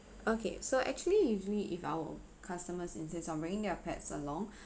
okay so actually usually if our customers insist on bringing their pets along